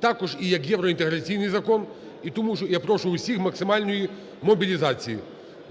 також і як євроінтеграційний закон. І тому я прошу всіх максимальної мобілізації.